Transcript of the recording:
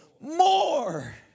More